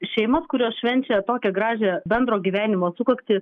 šeimas kurios švenčia tokią gražią bendro gyvenimo sukaktį